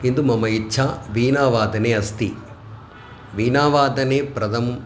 किन्तु मम इच्छा वीणावादने अस्ति वीणावादने प्रथमम्